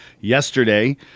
yesterday